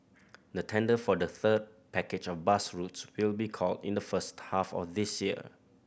the tender for the third package of bus routes will be called in the first half of this year